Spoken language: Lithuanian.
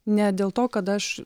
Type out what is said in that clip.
ne dėl to kad aš